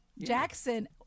Jackson